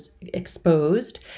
exposed